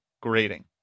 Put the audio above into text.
grading